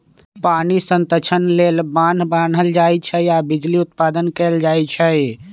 पानी संतक्षण लेल बान्ह बान्हल जाइ छइ आऽ बिजली उत्पादन कएल जाइ छइ